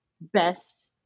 best